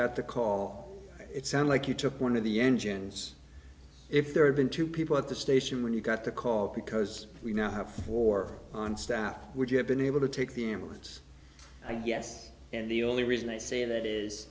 got the call it sounds like you took one of the engines if there had been two people at the station when you got the call because we now have four on staff would you have been able to take the emirates i guess and the only reason i say that is